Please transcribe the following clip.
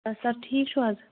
سَر ٹھیٖک چھُو حظ